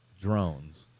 drones